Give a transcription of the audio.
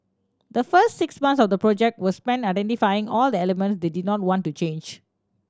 the first six months of the project were spent identifying all the elements they did not want to change